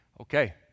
Okay